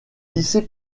lycée